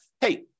hey